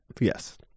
Yes